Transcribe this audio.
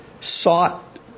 sought